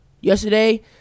Yesterday